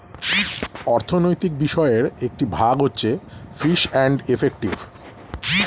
অর্থনৈতিক বিষয়ের একটি ভাগ হচ্ছে ফিস এন্ড ইফেক্টিভ